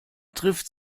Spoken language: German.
trifft